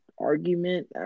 argument